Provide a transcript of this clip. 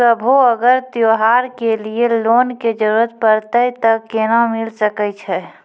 कभो अगर त्योहार के लिए लोन के जरूरत परतै तऽ केना मिल सकै छै?